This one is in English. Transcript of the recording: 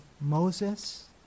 Moses